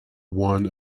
one